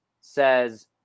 says